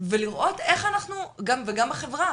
ולראות איך אנחנו וגם בחברה,